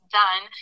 done